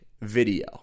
video